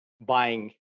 buying